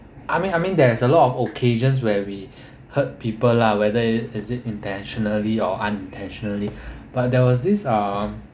I mean I mean there's a lot of occasions where we hurt people lah whether is it intentionally or unintentionally but there was this uh